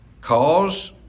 Cause